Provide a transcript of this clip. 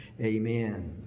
Amen